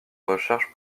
recherche